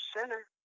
sinner